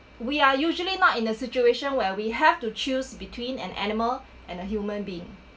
we are usually not in a situation where we have to choose between an animal and a human being